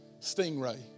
Stingray